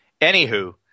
Anywho